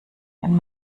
wenn